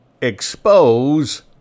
expose